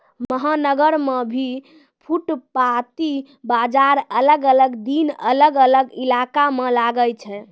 महानगर मॅ भी फुटपाती बाजार अलग अलग दिन अलग अलग इलाका मॅ लागै छै